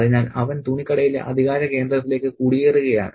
അതിനാൽ അവൻ തുണിക്കടയിലെ അധികാര കേന്ദ്രത്തിലേക്ക് കുടിയേറുകയാണ്